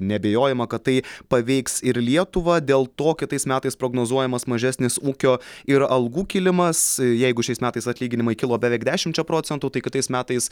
neabejojama kad tai paveiks ir lietuvą dėl to kitais metais prognozuojamas mažesnis ūkio ir algų kilimas jeigu šiais metais atlyginimai kilo beveik dešimčia procentų tai kitais metais